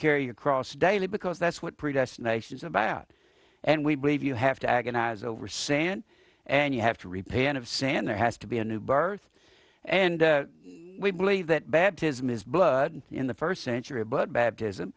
carry your cross daily because that's what predestination is about and we believe you have to agonize over sand and you have to repay and of sand there has to be a new birth and we believe that baptism is blood in the first century but baptism